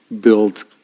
build